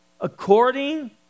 according